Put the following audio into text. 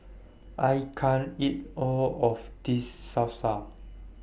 I can't eat All of This Salsa